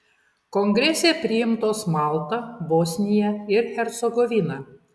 kongrese priimtos malta bosnija ir hercegovina